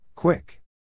Quick